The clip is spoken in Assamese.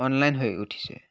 অনলাইন হৈ উঠিছে